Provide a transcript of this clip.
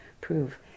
prove